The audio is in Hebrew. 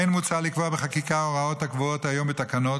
כן מוצע לקבוע בחקיקה הוראות הקבועות היום בתקנות